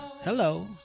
Hello